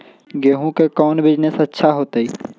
गेंहू के कौन बिजनेस अच्छा होतई?